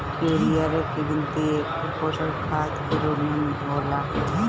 urea के गिनती एकल पोषक खाद के रूप में होला